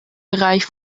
bereich